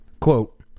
Quote